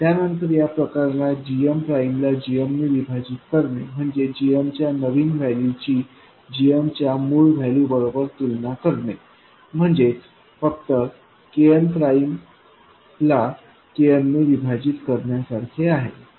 त्यानंतर या प्रकरणात gmप्राइमला gmने विभाजित करणे म्हणजे gmच्या नवीन वैल्यू ची gmच्या मूळ वैल्यू बरोबर तुलना करणे म्हणजे फक्त Kn प्राइमलाKnने विभाजित करण्यासारखे आहे